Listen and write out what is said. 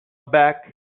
back